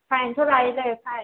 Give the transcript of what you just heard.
फाइनथ' लायोलै फाइन